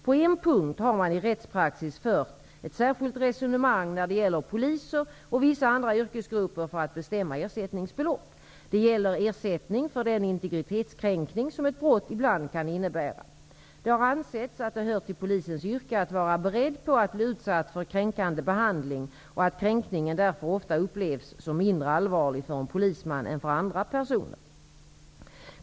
På en punkt har man i rättspraxis fört ett särskilt resonemang när det gäller poliser och vissa andra yrkesgrupper för att bestämma ersättningsbelopp. Det gäller ersättning för den integritetskränkning som ett brott ibland kan innebära. Det har ansetts att det hör till polisens yrke att vara beredd på att bli utsatt för kränkande behandling och att kränkningen därför ofta upplevs som mindre allvarlig för en polisman än för andra personer.